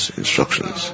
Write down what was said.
instructions